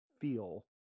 feel